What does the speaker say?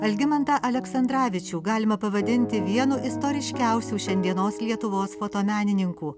algimantą aleksandravičių galima pavadinti vienu istoriškiausių šiandienos lietuvos fotomenininkų